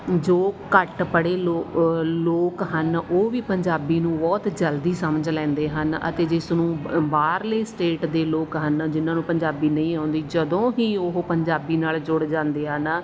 ਜੋ ਘੱਟ ਪੜ੍ਹੇ ਲੋ ਲੋਕ ਹਨ ਉਹ ਵੀ ਪੰਜਾਬੀ ਨੂੰ ਬਹੁਤ ਜਲਦੀ ਸਮਝ ਲੈਂਦੇ ਹਨ ਅਤੇ ਜਿਸਨੂੰ ਬ ਬਾਹਰਲੀ ਸਟੇਟ ਦੇ ਲੋਕ ਹਨ ਜਿਨ੍ਹਾਂ ਨੂੰ ਪੰਜਾਬੀ ਨਹੀਂ ਆਉਂਦੀ ਜਦੋਂ ਹੀ ਉਹ ਪੰਜਾਬੀ ਨਾਲ ਜੁੜ ਜਾਂਦੇ ਆ ਨਾ